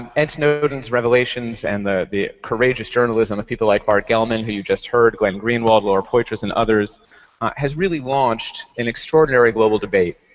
ed snowden's revelations and the the courageous journalism of people like bart gellman who you just heard, glenn greenwald, laura poitras, and others has really launched an extraordinary global debate.